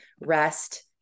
rest